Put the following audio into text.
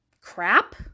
crap